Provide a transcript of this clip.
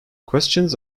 questions